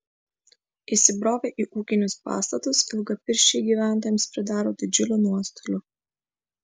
įsibrovę į ūkinius pastatus ilgapirščiai gyventojams pridaro didžiulių nuostolių